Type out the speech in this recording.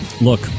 Look